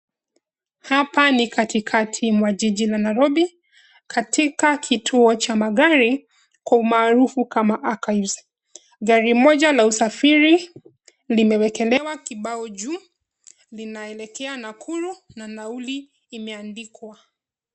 Hapa ni katikati mwa jiji la nairobi, katika kituo cha magari kwa umaarufu kama archives . Gari moja la usafiri limewekelewa kibao juu linaelekea Nakuru na nauli imeandikwa.